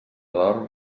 dorm